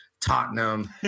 Tottenham